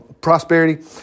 prosperity